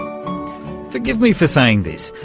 forgive me for saying this,